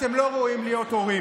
אתם לא ראויים להיות הורים,